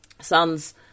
son's